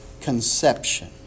conception